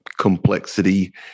complexity